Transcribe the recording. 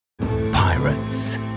Pirates